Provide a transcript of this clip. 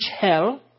hell